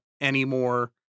anymore